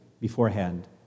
beforehand